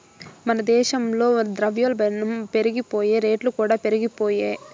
మన దేశంల ద్రవ్యోల్బనం పెరిగిపాయె, రేట్లుకూడా పెరిగిపాయె